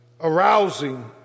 arousing